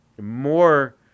more